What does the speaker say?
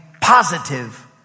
positive